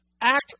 act